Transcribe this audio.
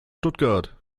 stuttgart